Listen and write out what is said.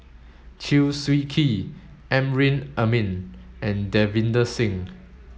Chew Swee Kee Amrin Amin and Davinder Singh